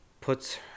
puts